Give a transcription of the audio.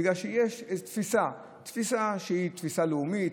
בגלל שיש תפיסה שהיא תפיסה לאומית,